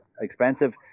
expensive